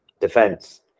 defense